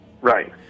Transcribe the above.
Right